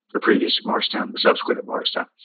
the previous morristown, the subsequent at morristown.